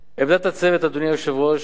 עמדת הצוות, אדוני היושב-ראש,